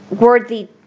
worthy